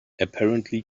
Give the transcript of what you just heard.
apparently